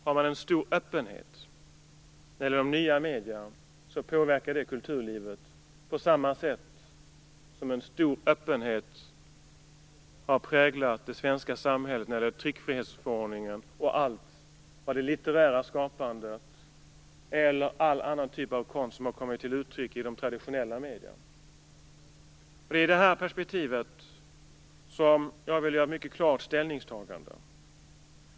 Har man en stor öppenhet när det gäller de nya medierna påverkar det självfallet kulturlivet på samma sätt som en stor öppenhet har präglat det svenska samhället när det gäller tryckfrihetsförordningen, det litterära skapandet eller all annan typ av konst som har kommit till uttryck i de traditionella medierna. Det är i detta perspektiv som jag vill göra ett mycket klart ställningstagande.